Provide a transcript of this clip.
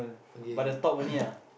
okay